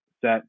set